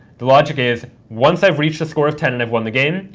the logic is, once i've reached a score of ten and i've won the game,